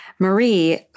Marie